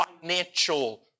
financial